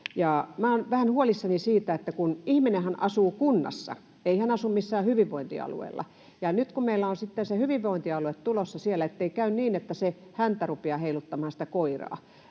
Olen vähän huolissani siitä, kun ihminenhän asuu kunnassa, ei hän asu missään hyvinvointialueella, ja nyt kun meillä on sitten se hyvinvointialue tulossa, ettei käy niin, että se häntä rupeaa heiluttamaan koiraa.